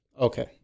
Okay